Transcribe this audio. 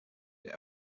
der